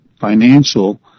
financial